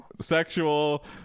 sexual